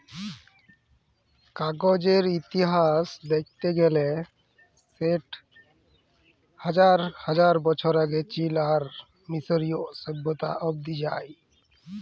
কাগজের ইতিহাস দ্যাখতে গ্যালে সেট হাজার হাজার বছর আগে চীল আর মিশরীয় সভ্যতা অব্দি যায়